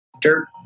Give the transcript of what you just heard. dirt